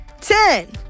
ten